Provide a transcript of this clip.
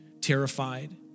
terrified